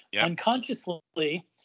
Unconsciously